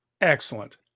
excellent